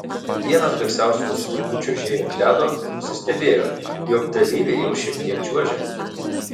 vienas garsiausių visų laikų čiuožėjų ant ledo nusistebėjo jog dalyviai jau šiek tiek čiuožia